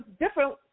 different